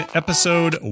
episode